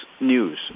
news